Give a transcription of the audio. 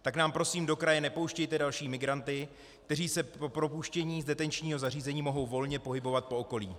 Tak nám prosím do kraje nepouštějte další migranty, kteří se po propuštění z detenčního zařízení mohou volně pohybovat po okolí.